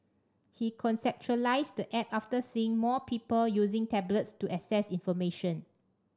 he conceptualised app after seeing more people using tablets to access information